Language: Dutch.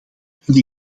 vind